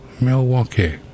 Milwaukee